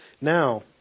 now